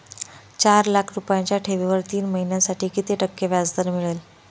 चार लाख रुपयांच्या ठेवीवर तीन महिन्यांसाठी किती टक्के व्याजदर मिळेल?